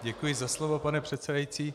Děkuji za slovo, pane předsedající.